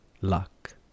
Luck